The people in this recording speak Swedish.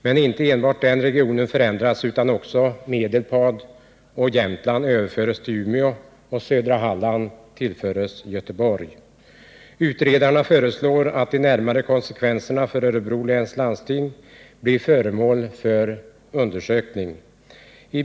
Men inte enbart den regionen förändras — Medelpad och Jämtland överföres till Umeåregionen och södra Halland tillföres Göteborgsregionen. Utredarna föreslår att de närmare konsekvenserna för Örebro läns landsting blir föremål för undersökning.